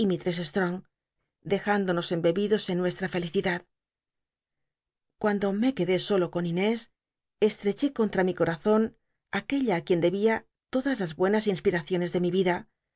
strong dejündonos em bebidos en nuestra fel icidad cuando me quedé solo con inés estreché contra mi corazon aquel la ü quien debia todas las buenas inspiracioncs de mi vida